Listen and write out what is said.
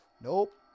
Nope